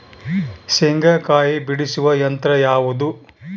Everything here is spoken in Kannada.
ಶೇಂಗಾಕಾಯಿ ಬಿಡಿಸುವ ಯಂತ್ರ ಯಾವುದು?